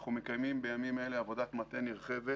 אנחנו מקיימים בימים אלה עבודת מטה נרחבת